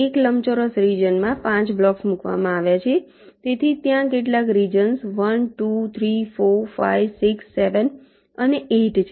એક લંબચોરસ રિજન માં 5 બ્લોક્સ મૂકવામાં આવ્યા છે તેથી ત્યાં કેટલા રિજન્સ 1 2 3 4 5 6 7 અને 8 છે